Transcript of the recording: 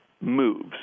moves